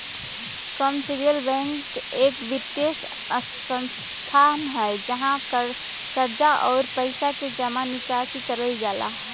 commercial bank एक वित्तीय संस्थान हौ जहाँ कर्जा, आउर पइसा क जमा निकासी करल जाला